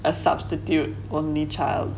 a substitute only child